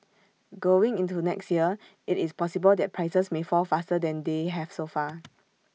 going into next year IT is possible that prices may fall faster than they have so far